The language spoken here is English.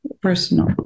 personal